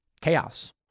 chaos